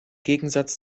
gegensatz